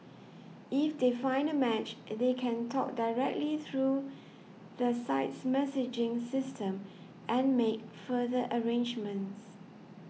if they find a match they can talk directly through the site's messaging system and make further arrangements